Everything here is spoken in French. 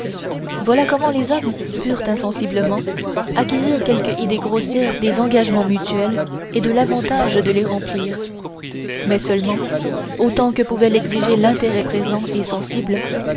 voilà comment les hommes purent insensiblement acquérir quelque idée grossière des engagements mutuels et de l'avantage de les remplir mais seulement autant que pouvait l'exiger l'intérêt présent et sensible